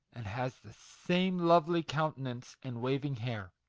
and has the same lovely countenance and waving hair.